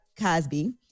Cosby